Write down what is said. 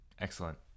Excellent